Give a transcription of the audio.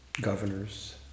governors